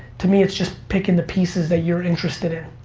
to me it's just picking the pieces that you're interested in.